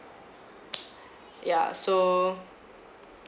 ya so